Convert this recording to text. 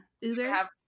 Uber